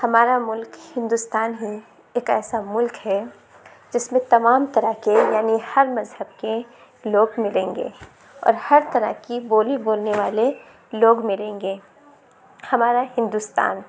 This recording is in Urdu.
ہمارا ملک ہندوستان ہے ایک ایسا ملک ہے جس میں تمام طرح کے یعنی ہر مذہب کے لوگ ملیں گے اور ہر طرح کی بولی بولنے والے لوگ ملیں گے ہمارا ہندوستان